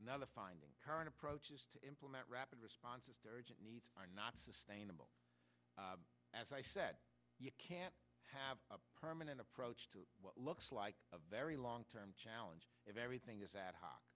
another finding approaches to implement rapid response is not sustainable as i said you can't have a permanent approach to what looks like a very long term challenge if everything is ad h